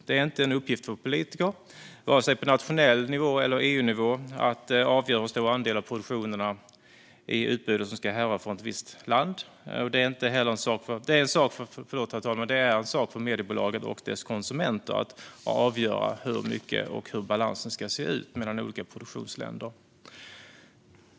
Det är inte en uppgift för politiker vare sig på nationell nivå eller på EU-nivå att avgöra hur stor andel av produktionerna i utbudet som ska härröra från ett visst land. Det är en sak för mediebolaget och dess konsumenter att avgöra hur mycket det ska vara och hur balansen ska se ut mellan olika produktionsländer.